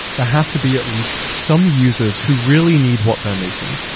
they have to be at least some users who really need what they're making.